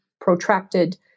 protracted